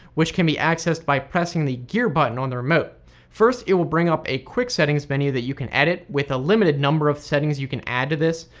which can be accessed by pressing the gear button on the remote first it will bring up a quick settings menu that you can edit, with a limited number of settings you can add to this.